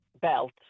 belt